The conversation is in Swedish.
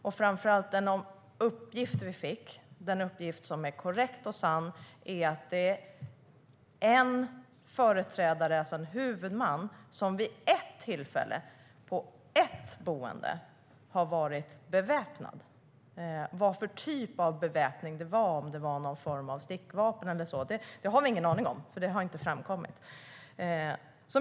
Den uppgift vi fick - den uppgift som är korrekt och sann - är att det är en företrädare, alltså en huvudman, som vid ett tillfälle på ett boende har varit beväpnad. Vad för typ av beväpning det var, det vill säga om det var någon form av stickvapen eller så, har vi ingen aning om. Det har nämligen inte framkommit.